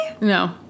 No